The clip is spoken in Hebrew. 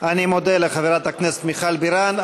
אני מודה לחברת הכנסת מיכל בירן.